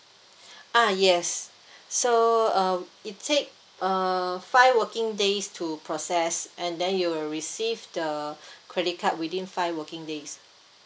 ah yes so uh it take uh five working days to process and then you'll receive the credit card within five working days